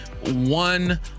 one